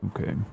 Okay